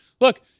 Look